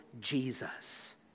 Jesus